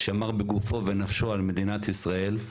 שמר בגופו ונפשו על מדינת ישראל.